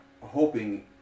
hoping